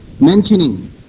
mentioning